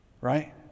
right